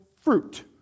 fruit